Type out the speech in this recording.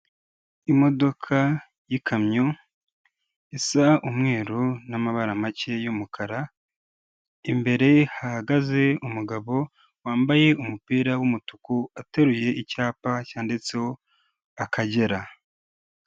Imodoka y'ikamyo isa umweru n'mabara make y'umukara, imbere hahagaze umugabo wambaye umupira w'umutuku ateruye icyapa cyanditseho Akagera.